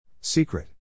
Secret